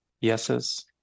yeses